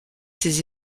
ses